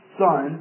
son